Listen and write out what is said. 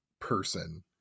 person